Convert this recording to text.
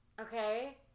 Okay